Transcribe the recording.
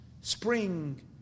spring